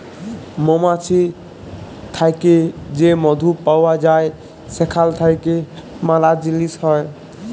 মমাছি থ্যাকে যে মধু পাউয়া যায় সেখাল থ্যাইকে ম্যালা জিলিস হ্যয়